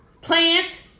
plant